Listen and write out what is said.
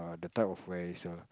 the type of where is a